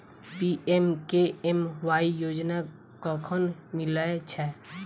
PMKMY योजना कखन मिलय छै?